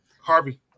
Harvey